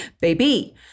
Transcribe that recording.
baby